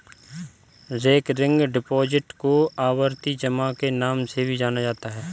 recurring deposit को आवर्ती जमा के नाम से भी जाना जाता है